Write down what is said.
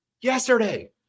yesterday